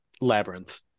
labyrinth